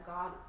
God